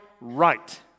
right